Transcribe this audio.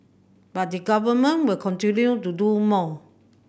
but the Government will continue to do more